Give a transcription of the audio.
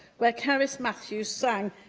where cerys matthews sang,